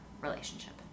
relationship